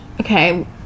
Okay